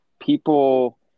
people